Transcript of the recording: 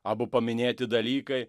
abu paminėti dalykai